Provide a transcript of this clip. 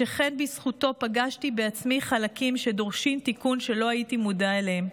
שכן בזכותו פגשתי בעצמי חלקים שדורשים תיקון שלא הייתי מודעת אליהם.